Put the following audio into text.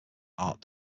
art